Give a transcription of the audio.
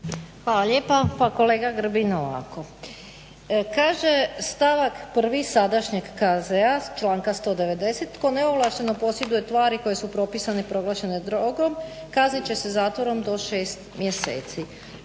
Hvala lijepa. Pa kolega Grbin ovako, kaže stavak prvi sadašnjeg KZ-a članak 190. Tko neovlašteno posjeduje tvari koje su propisane i proglašene drogom kaznit će se zatvorom do 6 mjeseci.